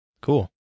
Cool